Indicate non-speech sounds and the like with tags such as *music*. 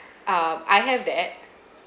*breath* um I have that